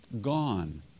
gone